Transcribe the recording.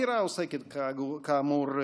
כאמור,